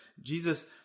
Jesus